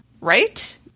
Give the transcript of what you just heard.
right